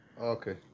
Okay